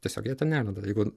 tiesiog jie ten nelenda jeigu